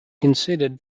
considered